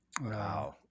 Wow